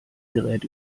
gerät